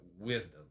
wisdom